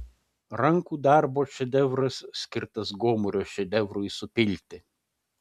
rankų darbo šedevras skirtas gomurio šedevrui supilti